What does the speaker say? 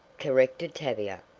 corrected tavia,